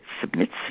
submits